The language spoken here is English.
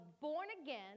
born-again